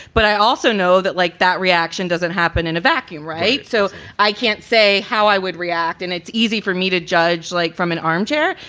but i also know that like that reaction doesn't happen in a vacuum. right. so i can't say how i would react. and it's easy for me to judge like from an armchair.